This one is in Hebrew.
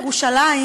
ירושלים,